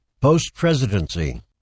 Post-Presidency